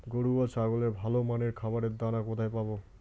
গরু ও ছাগলের ভালো মানের খাবারের দানা কোথায় পাবো?